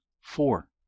four